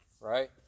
right